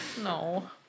No